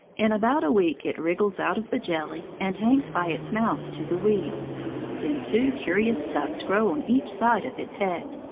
in about a week it wriggles out of the jelly, and hangs by its mouth to the weeds then two curious tufts grow on each side of its head.